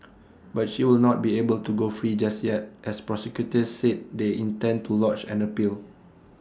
but she will not be able to go free just yet as prosecutors said they intend to lodge an appeal